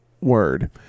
word